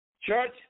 Church